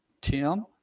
Tim